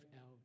out